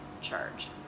charge